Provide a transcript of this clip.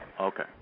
Okay